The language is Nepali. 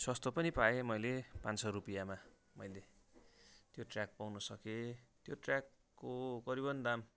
सस्तो पनि पाएँ मैले पाँच सय रुपियाँमा मैले त्यो ट्र्याक पाउन सकेँ त्यो ट्र्याकको करिबन दाम